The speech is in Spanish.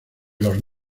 los